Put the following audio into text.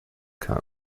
kann